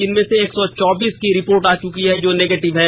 जिनमें से एक सौ चौबीस की रिपोर्ट आ चुकी है जो निगेटिव है